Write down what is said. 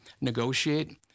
negotiate